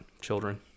children